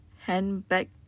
handbag